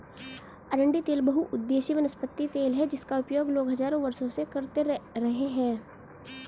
अरंडी तेल बहुउद्देशीय वनस्पति तेल है जिसका उपयोग लोग हजारों वर्षों से करते रहे हैं